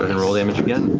and roll damage again.